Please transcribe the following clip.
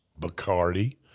Bacardi